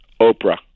Oprah